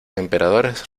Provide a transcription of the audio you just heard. emperadores